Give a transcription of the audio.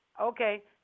Okay